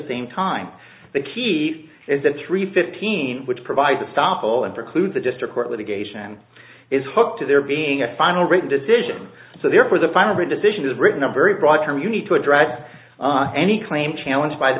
same time the key is that three fifteen which provide the stoppel and preclude the district court litigation is hooked to there being a final written decision so therefore the final read decision is written a very broad term you need to address any claim challenge by the